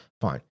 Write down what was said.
fine